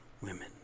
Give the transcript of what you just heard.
women